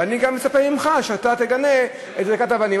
ואני גם מצפה ממך שאתה תגנה את זריקת האבנים.